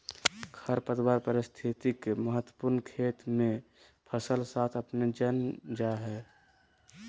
खरपतवार पारिस्थितिक महत्व खेत मे फसल साथ अपने जन्म जा हइ